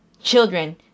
children